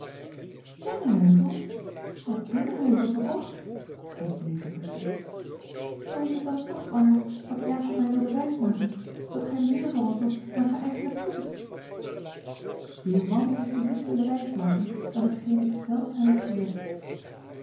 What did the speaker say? dennenheuvel wordt dennenheuvel verkocht riep lize verschrikt zoo is het dan toch waar wat jacob mij wilde wijsmaken dat gij meer voor ons doet dan gij eigenlijk kunt uw man heeft u niets willen wijsmaken dan hetgeen ik zelf hem heb gezegd